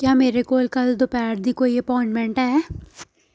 क्या मेरे कोल कल्ल दपैह्र दी कोई अपाइंटमेंट ऐ